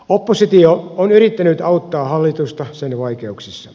oppositio on yrittänyt auttaa hallitusta sen vaikeuksissa